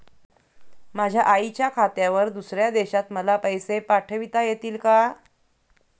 माझ्या आईच्या खात्यावर दुसऱ्या देशात मला पैसे पाठविता येतील का?